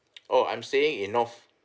oh I'm staying in north